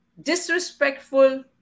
disrespectful